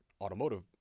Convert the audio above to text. automotive